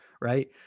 right